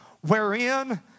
wherein